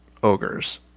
ogres